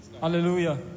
hallelujah